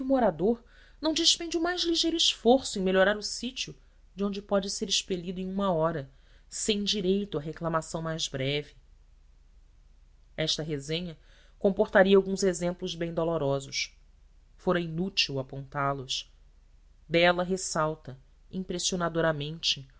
morador não despende o mais ligeiro esforço em melhorar o sítio de onde pode ser expelido em uma hora sem direito à reclamação mais breve esta resenha comportaria alguns exemplos bem dolorosos fora inútil apontá los dela ressalta impressionadoramente a